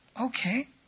Okay